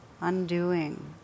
undoing